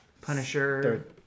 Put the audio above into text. Punisher